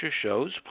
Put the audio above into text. shows